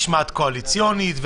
משמעת קואליציונית,